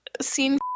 seen